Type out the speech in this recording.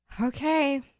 okay